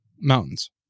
Mountains